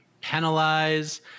penalize